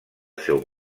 seu